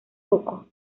pocos